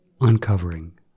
uncovering